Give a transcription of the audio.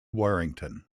warrington